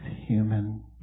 human